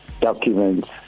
documents